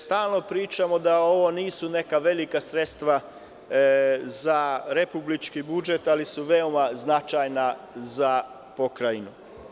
Stalno pričamo da ovo nisu neka velika sredstva za republički budžet, ali su veoma značajna za Pokrajinu.